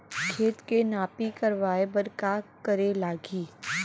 खेत के नापी करवाये बर का करे लागही?